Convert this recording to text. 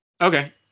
Okay